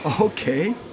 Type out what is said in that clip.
Okay